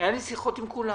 היו לי שיחות עם כולם.